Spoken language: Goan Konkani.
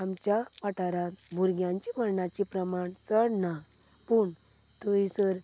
आमच्या वाठारांत भुरग्यांचे मरणांचे प्रमाण चड ना पूण